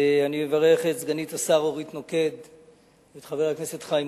אני מברך את סגנית השר אורית נוקד ואת חבר הכנסת חיים